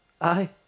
Aye